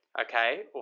Okay